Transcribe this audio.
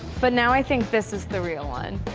but now i think this is the real one.